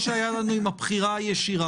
כפי שהיה לנו עם הבחירה הישירה,